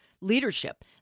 leadership